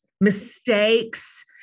mistakes